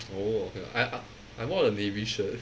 oh I I I bought the navy shirt